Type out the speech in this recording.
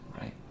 Right